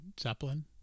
Zeppelin